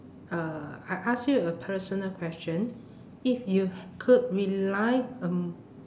uh I ask you a personal question if you could relive um